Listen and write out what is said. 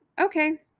Okay